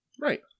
Right